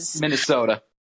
Minnesota